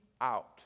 out